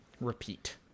repeat